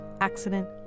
accident